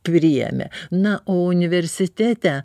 priėmė na o universitete